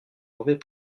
mauvais